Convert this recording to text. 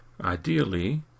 Ideally